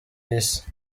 isi